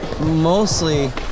Mostly